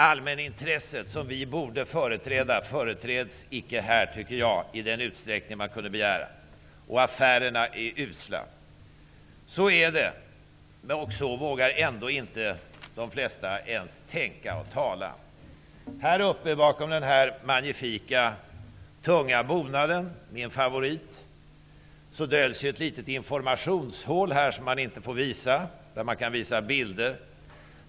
Allmänintresset, som vi borde företräda, företräds icke här i den utsträckning man kunde begära, tycker jag. Affärerna är usla. Så är det, men så vågar ändå inte de flesta ens tänka och tala. Bakom den magnifika tunga bonaden här i salen -- min favorit -- döljs ett litet informationshål, som man inte får visa. Där kan man visa bilder.